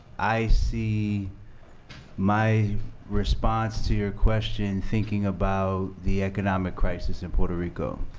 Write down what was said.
i see my response to your question thinking about the economic crisis in puerto rico,